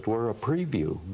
were, a preview.